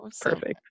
Perfect